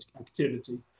activity